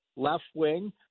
left-wing